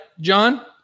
John